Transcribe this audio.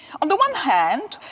on the one hand,